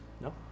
No